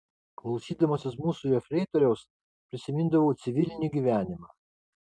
klausydamasis mūsų jefreitoriaus prisimindavau civilinį gyvenimą